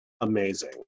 amazing